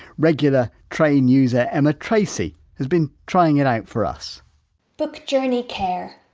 regular train user emma tracy has been trying it out for us book, journey care!